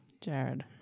Jared